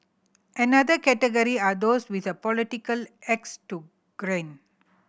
another category are those with a political axe to grind